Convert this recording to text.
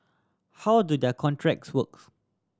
how do their contracts works